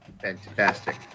Fantastic